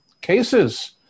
cases